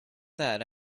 that